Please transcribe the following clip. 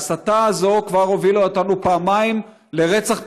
ההסתה הזאת כבר הובילה אותנו פעמיים לרצח פוליטי,